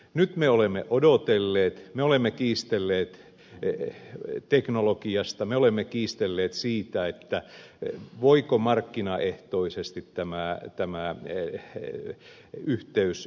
nyt me olemme odotelleet me olemme kiistelleet teknologiasta me olemme kiistelleet siitä voiko markkinaehtoisesti tämä yhteys levittäytyä